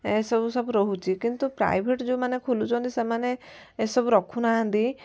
ଏସବୁ ସବୁ ରହୁଛି କିନ୍ତୁ ପ୍ରାଇଭେଟ୍ ଯେଉଁମାନେ ଖୋଲୁଛନ୍ତି ସେମାନେ ଏସବୁ ରଖୁନାହାଁନ୍ତି